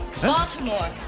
Baltimore